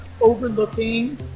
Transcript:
overlooking